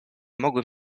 mogłem